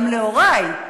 גם להורי.